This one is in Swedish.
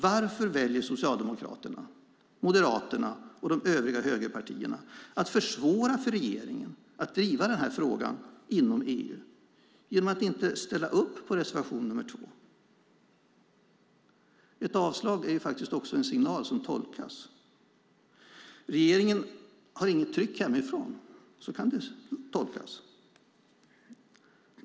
Varför väljer då Socialdemokraterna, Moderaterna och de övriga högerpartierna att försvåra för regeringen att driva den här frågan inom EU genom att inte ställa upp på reservation nr 2? Ett avslag är ju en signal som tolkas: Regeringen har inget tryck hemifrån - så kan det tolkas.